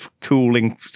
cooling